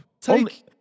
take